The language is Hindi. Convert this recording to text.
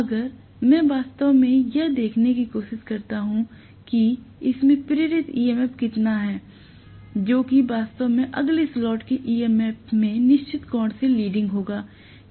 अगर मैं वास्तव में यह देखने की कोशिश करता हूं कि इसमें प्रेरित ईएमएफ कितना है जो कि वास्तव में अगले स्लॉट के EMF में निश्चित कोण से लीडिंग होगा